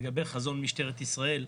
לגבי חזון משטרת ישראל,